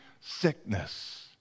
sickness